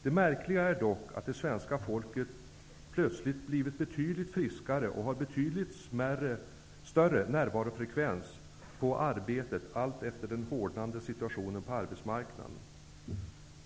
Det märkliga är dock att det svenska folket plötsligt har blivit betydligt friskare och har betydligt större närvarofrekvens på arbetet beroende på den hårdnande situationen på arbetsmarknaden.